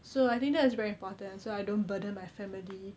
so I think that is very important so I don't burden my family